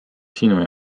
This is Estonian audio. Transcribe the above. sinu